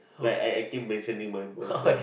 like I I keep mentioning my